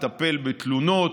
לטפל בתלונות,